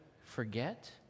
forget